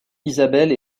isabelle